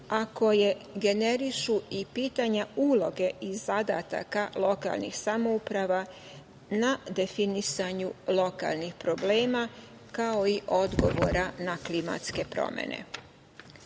a koje generišu i pitanja uloge i zadataka lokalnim samouprava na definisanju lokalnih problema, kao i odgovora na klimatske promene. Ako